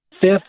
Fifth